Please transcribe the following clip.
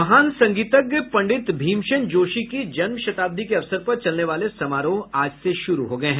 महान संगीतज्ञ पंडित भीमसेन जोशी की जन्मशताब्दी के अवसर पर चलने वाले समारोह आज से शुरू हो गये हैं